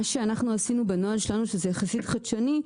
מה שאנחנו עשינו בנוהל שלנו שזה יחסית חדשני,